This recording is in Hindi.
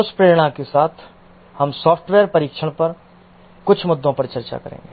उस प्रेरणा के साथ हम सॉफ्टवेयर परीक्षण पर कुछ मुद्दों पर चर्चा करेंगे